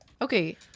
Okay